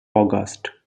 august